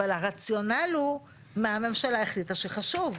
אבל הרציונל הוא מה הממשלה החליטה שחשוב.